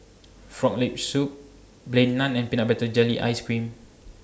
Frog Leg Soup Plain Naan and Peanut Butter Jelly Ice Cream